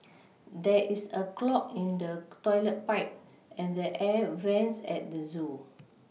there is a clog in the toilet pipe and the air vents at the zoo